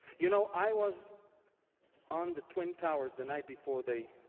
you know i was on the twin towers the night before they